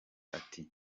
ati